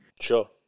Sure